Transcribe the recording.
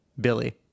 Billy